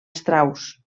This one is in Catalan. strauss